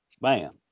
bam